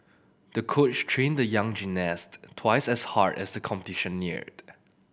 the coach trained the young gymnast twice as hard as the competition neared